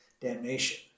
damnation